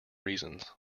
reasons